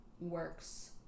works